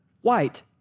white